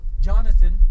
Jonathan